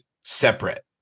separate